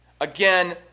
Again